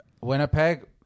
Winnipeg